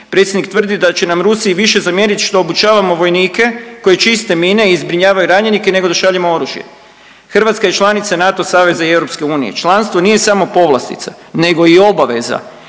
Predsjednik tvrdi da će nam Rusi više zamjeriti što obučavamo vojnike koji čiste mine i zbrinjavaju ranjenike, nego da šaljemo oružje. Hrvatska je članica NATO saveza i EU. Članstvo nije samo povlastica, nego i obaveza.